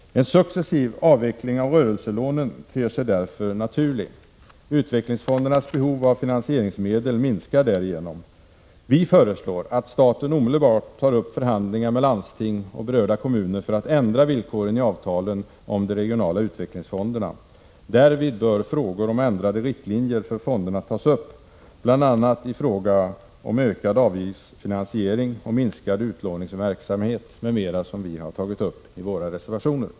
En successiv avveckling av rörelselånen ter sig därför naturlig. Utvecklingsfondernas behov av finansieringsmedel minskar därigenom. Vi föreslår att staten omedelbart tar upp förhandlingar med landsting och berörda kommuner för att ändra villkoren i avtalen om de regionala utvecklingsfonderna. Därvid bör frågor om ändrade riktlinjer för fonderna tas upp, bl.a. när det gäller ökad avgiftsfinansiering och minskad utlåningsverksamhet m.m. i enlighet med vad vi har föreslagit i våra reservationer.